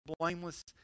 blameless